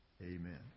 Amen